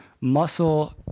muscle